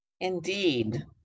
Indeed